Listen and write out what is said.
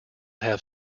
have